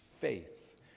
faith